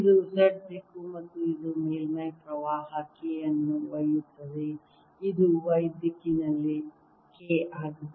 ಇದು Z ದಿಕ್ಕು ಮತ್ತು ಇದು ಮೇಲ್ಮೈ ಪ್ರವಾಹ K ಅನ್ನು ಒಯ್ಯುತ್ತದೆ ಇದು Y ದಿಕ್ಕಿನಲ್ಲಿ K ಆಗಿದೆ